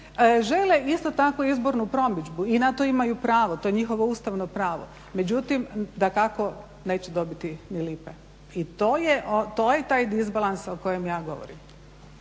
žele isto tako izbornu promidžbu i na to imaju pravo, to je njihovo ustavno pravo. Međutim, dakako neće dobiti ni lipe. I to je taj disbalans o kojem ja govorim.